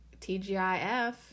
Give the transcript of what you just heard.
TGIF